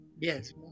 Yes